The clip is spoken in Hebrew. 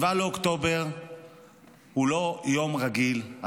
7 באוקטובר הוא לא יום רגיל,